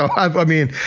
i mean,